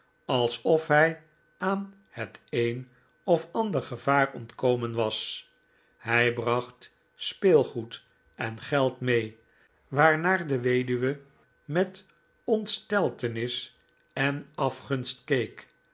alsof hij aan het een of ander gevaar ontkomen was hij bracht speelgoed en geld mee waarnaar de weduwe met ontsteltenis en afgunst